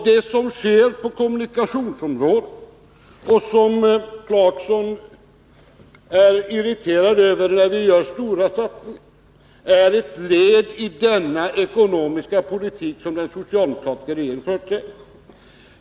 Det som sker på kommunikationsområdet och som herr Clarkson är irriterad över är ett led i den ekonomiska politik som den socialdemokratiska regeringen för.